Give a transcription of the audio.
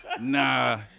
nah